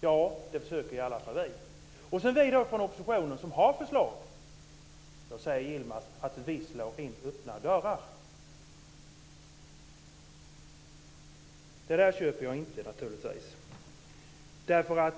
Ja, det försöker i alla fall vi göra. Vi från oppositionen har då förslag. Då säger Yilmaz att vi slår in öppna dörrar. Det köper jag naturligtvis inte.